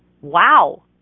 Wow